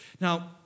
Now